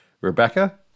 Rebecca